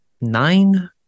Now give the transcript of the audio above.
nine